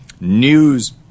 news